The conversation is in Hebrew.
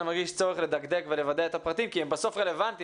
אני מרגיש צורך לדקדק ולוודא את הפרטים כי הם בסוף רלוונטיים.